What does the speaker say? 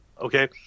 Okay